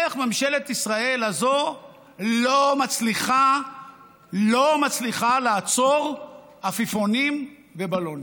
איך ממשלת ישראל הזאת לא מצליחה לעצור עפיפונים ובלונים?